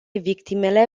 victimele